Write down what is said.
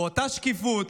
באותה שקיפות,